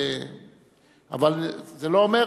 אבל זה לא אומר,